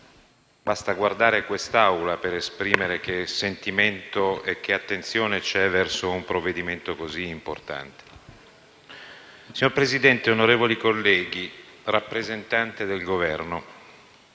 Basta guardare quest'Aula per esprimere che sentimento e che attenzione ci sono verso un provvedimento così importante. Signora Presidente, onorevoli colleghi, rappresentante del Governo,